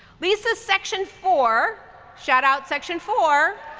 lisa's section four shout-out section four